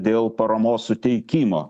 dėl paramos suteikimo